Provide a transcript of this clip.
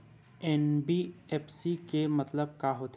NBFC के मतलब का होथे?